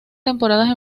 temporadas